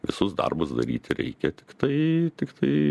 visus darbus daryti reikia tiktai tiktai